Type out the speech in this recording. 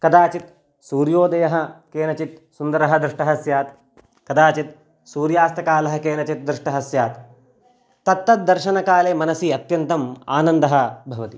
कदाचित् सूर्योदयः केनचित् सुन्दरः दृष्टः स्यात् कदाचित् सूर्यास्तकालः केनचित् दृष्टः स्यात् तत्तद्दर्शनकाले मनसि अत्यन्तम् आनन्दः भवति